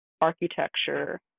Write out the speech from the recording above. architecture